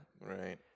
Right